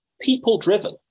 people-driven